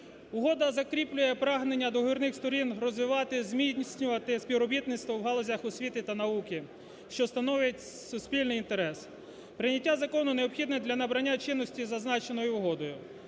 Угода закріплює прагнення договірних сторін розвивати, зміцнювати співробітництво у галузях освіти та науки, що становить суспільний інтерес. Прийняття закону необхідне для набрання чинності зазначеною угодою.